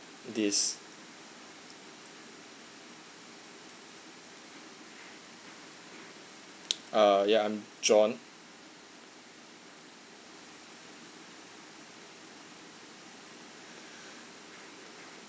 this uh ya I'm john